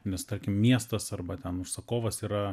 nes tarkim miestas arba ten užsakovas yra